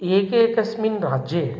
एकेकस्मिन् राज्ये